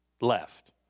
left